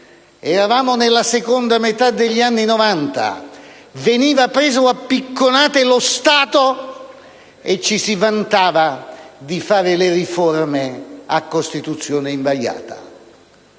eravamo nella seconda metà degli anni Novanta, veniva preso a picconate lo Stato, e ci si vantava di fare le riforme a Costituzione invariata.